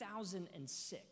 2006